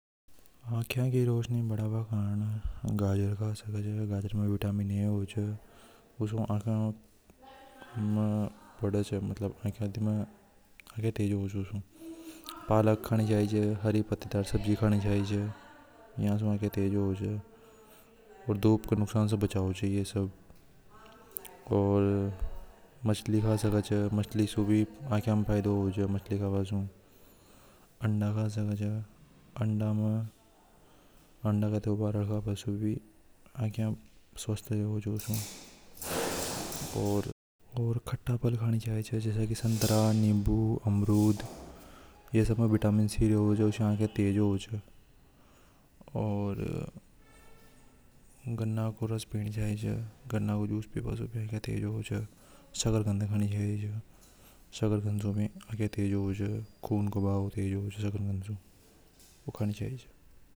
आख्याकी रोशनी बढ़ावा खोजें﻿ गाजर खा सके से। उसे आख्या बड़े छ मतलब आख्या तेज़ होव छ पलक खाना चाहिए व से आख्या तेज़ होव ओर धूप के नुकसान से बचावे च ओर मछली खा सके छ उसे भी आख्या में फायदों होवे छ अंडा खा सके अंडा काबा से आख्या स्वस्वस्थ रेवे छ ओर खट्टा फल खानी चाहिए संतारा नींबू अमरुद। एमे विटामिन सी रेवे च इसे आख्या तेज़ होव छ ओर गन्ना की रस बीबा चाहिए गन्ना को रस पी बा से आख्या तेज़ होव छ शकरकंद खाना चाहिए उसे भी आख्या तेज़ होव छ।